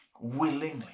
Willingly